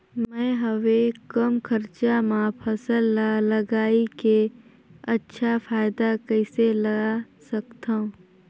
मैं हवे कम खरचा मा फसल ला लगई के अच्छा फायदा कइसे ला सकथव?